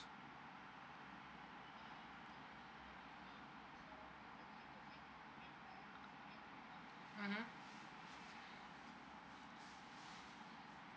mmhmm